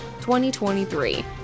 2023